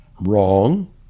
Wrong